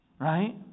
Right